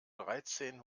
dreizehn